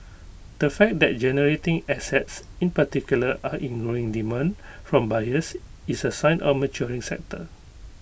the fact that generating assets in particular are in growing demand from buyers is A sign of A maturing sector